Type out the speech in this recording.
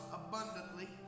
abundantly